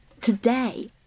Today